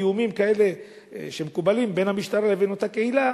תיאומים כאלה שמקובלים בין המשטרה לבין אותה קהילה,